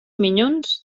minyons